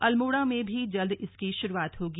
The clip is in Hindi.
अल्मोड़ा में भी जल्द इसकी शुरुआत होगी